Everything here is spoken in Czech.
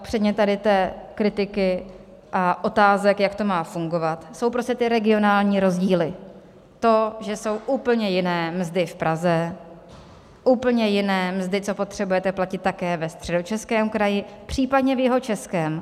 Kromě tady té kritiky a otázek, jak to má fungovat, jsou prostě ty regionální rozdíly, to, že jsou úplně jiné mzdy v Praze, úplně jiné mzdy, co potřebujete platit také ve Středočeském kraji, případně v Jihočeském.